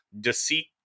Deceit